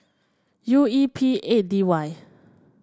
U E P eight D Y